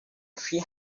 three